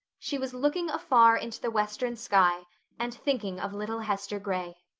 she was looking afar into the western sky and thinking of little hester gray.